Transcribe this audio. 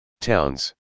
towns